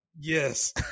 Yes